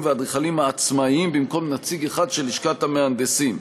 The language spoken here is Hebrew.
והאדריכלים העצמאים במקום נציג אחד של לשכת המהנדסים.